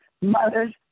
mothers